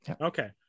okay